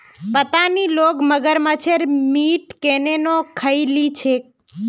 पता नी लोग मगरमच्छेर मीट केन न खइ ली छेक